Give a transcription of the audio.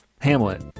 Hamlet